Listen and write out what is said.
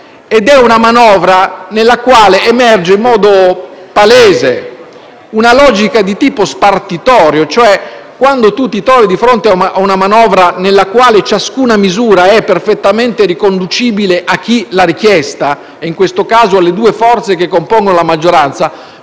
è una manovra nella quale emerge in modo palese una logica di tipo spartitorio. Intendo dire che quando ci si trova di fronte a una manovra nella quale ciascuna misura è perfettamente riconducibile a chi l'ha richiesta (in questo caso alle due forze che compongono la maggioranza),